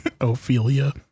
Ophelia